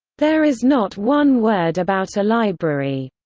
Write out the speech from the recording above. there is not one word about a library.